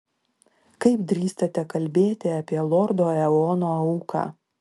kaip drįstate kalbėti apie lordo eono auką